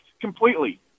completely